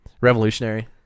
revolutionary